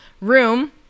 room